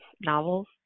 novels